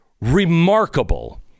remarkable